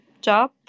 job